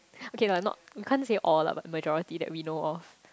okay lah not we can't say all lah but majority that we know of